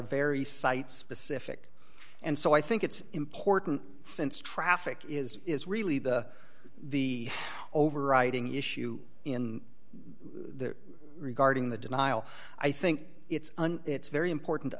very site specific and so i think it's important since traffic is is really the the overriding issue in the regarding the denial i think it's an it's very important to